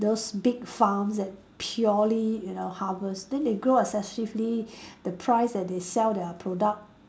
those big farms that purely you know harvest then they grow excessively the price that they sell their product